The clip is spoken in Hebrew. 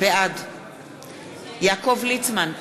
בעד יעקב ליצמן,